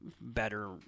better